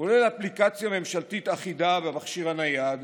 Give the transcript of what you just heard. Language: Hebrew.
כולל אפליקציה ממשלתית אחידה במכשיר הנייד,